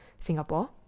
Singapore